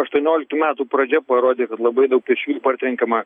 aštuonioliktų metų pradžia parodė kad labai daug pėsčiųjų partrenkiama